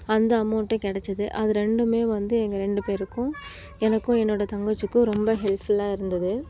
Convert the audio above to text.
அந்த அமௌண்ட்டே கிடச்சது அது ரெண்டுமே வந்து எங்கள் ரெண்டு பேருக்கும் எனக்கும் என்னோடய தங்கச்சிக்கு ரொம்ப ஹெல்ப்ஃபுல்லாக இருந்தது